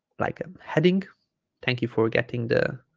like a heading thank you for getting the